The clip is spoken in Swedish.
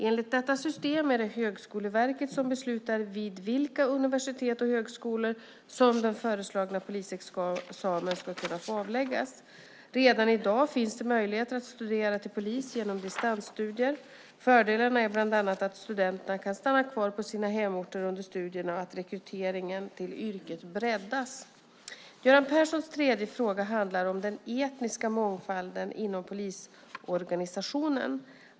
Enligt detta system är det Högskoleverket som beslutar vid vilka universitet och högskolor som den föreslagna polisexamen ska kunna få avläggas. Redan i dag finns det möjligheter att studera till polis genom distansstudier. Fördelarna är bland andra att studenterna kan stanna kvar på sina hemorter under studierna och att rekryteringen till yrket breddas. Göran Perssons tredje fråga handlar om den etniska mångfalden inom polisorganisationen.